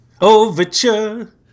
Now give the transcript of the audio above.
Overture